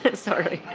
and sorry.